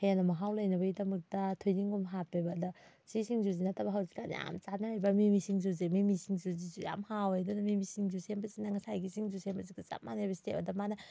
ꯍꯦꯟꯅ ꯃꯍꯥꯎ ꯂꯩꯅꯕꯒꯤꯗꯃꯛꯇ ꯊꯣꯏꯗꯤꯡꯒꯨꯝꯕ ꯍꯥꯞꯄꯦꯕ ꯑꯗ ꯁꯤ ꯁꯤꯡꯖꯨꯁꯦ ꯅꯠꯇꯕ ꯍꯧꯖꯤꯛꯀꯥꯟ ꯌꯥꯝ ꯆꯥꯅꯔꯤꯕ ꯃꯤꯃꯤ ꯁꯤꯡꯖꯨꯁꯦ ꯃꯤꯃꯤ ꯁꯤꯡꯖꯨꯁꯤꯁꯨ ꯌꯥꯝ ꯍꯥꯎꯋꯦ ꯑꯗꯨꯅ ꯃꯤꯃꯤ ꯁꯤꯡꯖꯨ ꯁꯦꯝꯕꯁꯤꯅ ꯉꯁꯥꯏꯒꯤ ꯁꯤꯡꯖꯨ ꯁꯦꯝꯕꯁꯤꯒ ꯆꯞ ꯃꯅꯩꯕ ꯏꯁꯇꯦꯞ ꯑꯗ ꯃꯅꯥ